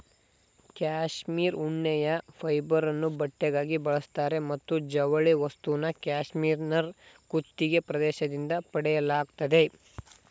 cashmere ಉಣ್ಣೆಯ ಫೈಬರನ್ನು ಬಟ್ಟೆಗಾಗಿ ಬಳಸ್ತಾರೆ ಮತ್ತು ಜವಳಿ ವಸ್ತುನ ಕ್ಯಾಶ್ಮೀರ್ನ ಕುತ್ತಿಗೆ ಪ್ರದೇಶದಿಂದ ಪಡೆಯಲಾಗ್ತದೆ